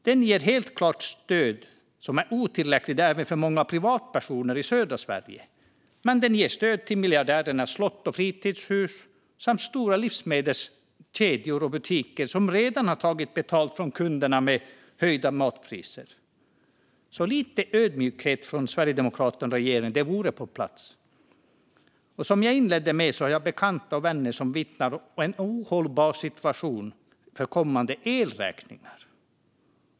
Man ger stöd som helt klart är otillräckligt även för många privatpersoner i södra Sverige - men man ger också stöd till miljardärernas slott och fritidshus samt till stora livsmedelskedjor och butiker som redan har tagit betalt av kunderna i form av höjda matpriser. Lite ödmjukhet från Sverigedemokraterna och regeringen vore alltså på sin plats. Som jag inledde med har jag bekanta och vänner som vittnar om en ohållbar situation när det gäller kommande elräkningar.